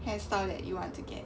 hair style that you want to get